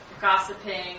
gossiping